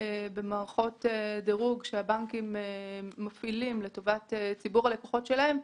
במערכות דירוג שהבנקים מפעילים לטובת ציבור הלקוחות שלהם.